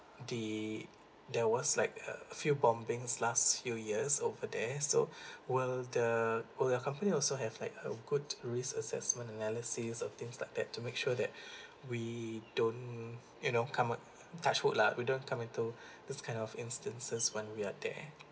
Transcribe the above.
the there was like a few bombings last few years over there so will the will the company also have like a good risk assessment analyses of things like that to make sure that we don't you know come with touch wood lah we don't come into this kind of instances when we are there